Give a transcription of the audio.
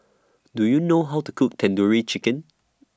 Do YOU know How to Cook Tandoori Chicken